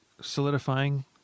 solidifying